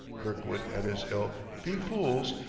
kirkwood and his ilk, be fools,